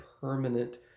permanent